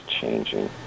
changing